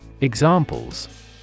Examples